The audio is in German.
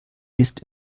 ist